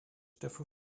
dafür